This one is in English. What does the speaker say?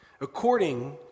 According